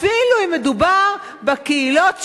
אפילו אם מדובר בקהילות שלנו,